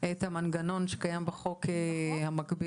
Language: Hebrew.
את המנגנון שקיים בחוק המקביל?